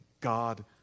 god